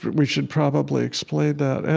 we should probably explain that. and